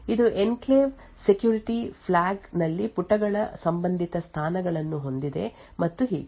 ಇದು enclave security flag ನಲ್ಲಿ ಪುಟಗಳ ಸಂಬಂಧಿತ ಸ್ಥಾನಗಳನ್ನು ಹೊಂದಿದೆ ಮತ್ತು ಹೀಗೆ